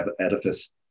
edifice